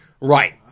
Right